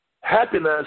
Happiness